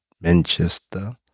Manchester